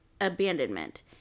abandonment